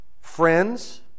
Friends